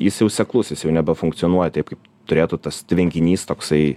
jis jau seklus jis jau nebefunkcionuoja taip kaip turėtų tas tvenkinys toksai